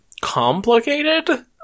complicated